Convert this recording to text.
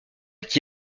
qui